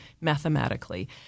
mathematically